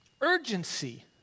urgency